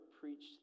preached